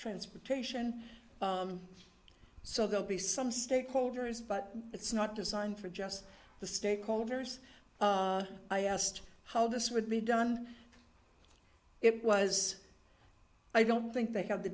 transportation so they'll be some stakeholders but it's not designed for just the stakeholders i asked how this would be done it was i don't think they have the